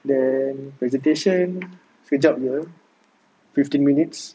then presentation sekejap jer fifteen minutes